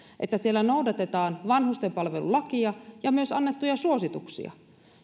että siellä noudatetaan vanhustenpalvelulakia ja myös annettuja suosituksia